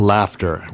Laughter